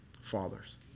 fathers